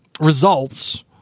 results